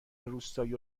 روستایی